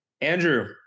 Andrew